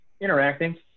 interacting